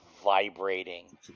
vibrating